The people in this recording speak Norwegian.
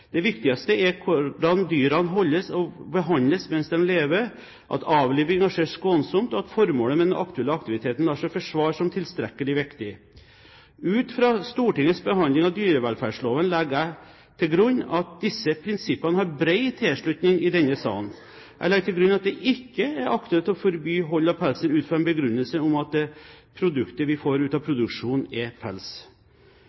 Det viktigste er hvordan dyrene holdes og behandles mens de lever, at avlivingen skjer skånsomt, og at formålet med den aktuelle aktiviteten lar seg forsvare som tilstrekkelig viktig. Ut fra Stortingets behandling av dyrevelferdsloven legger jeg til grunn at disse prinsippene har bred tilslutning i denne sal. Jeg legger til grunn at det ikke er aktuelt å forby hold av pelsdyr ut fra en begrunnelse om at det produktet vi får ut av